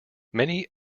many